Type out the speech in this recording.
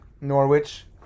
Norwich